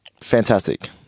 Fantastic